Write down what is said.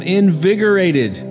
invigorated